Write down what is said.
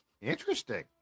Interesting